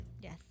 Yes